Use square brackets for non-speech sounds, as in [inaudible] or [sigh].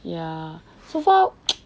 ya so far [noise]